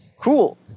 Cool